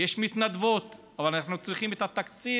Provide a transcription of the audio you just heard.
יש מתנדבות, אבל אנחנו צריכים את התקציב,